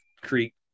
creek